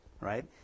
right